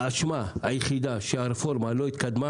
האשמה היחידה שהרפורמה לא התקדמה